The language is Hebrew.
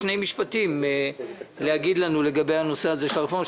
שתתייחסי בשני משפטים לגבי נושא הרפורמה.